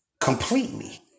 completely